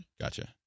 Gotcha